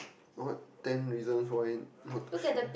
what ten reasons why not to shit